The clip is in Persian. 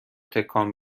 تکان